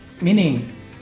meaning